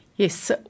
Yes